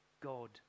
God